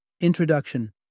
Introduction